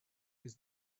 his